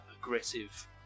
aggressive